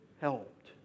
helped